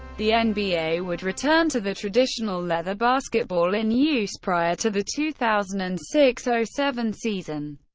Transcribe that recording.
the and nba would return to the traditional leather basketball in use prior to the two thousand and six so seven season.